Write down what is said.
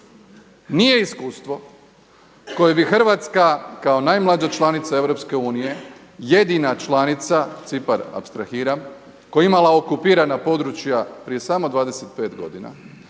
nije iskustvo koje bi Hrvatska kao najmlađa članica EU, jedina članica, Cipar apstrahiram koja je imala okupirana područja prije samo 25 godina